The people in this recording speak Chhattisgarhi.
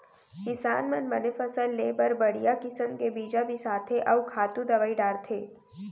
किसान मन बने फसल लेय बर बड़िहा किसम के बीजा बिसाथें अउ खातू दवई डारथें